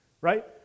right